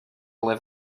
live